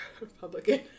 Republican